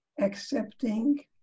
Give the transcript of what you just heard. accepting